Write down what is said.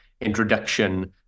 introduction